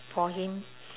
for him